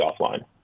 offline